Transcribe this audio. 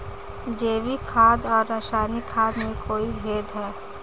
जैविक खाद और रासायनिक खाद में कोई भेद है?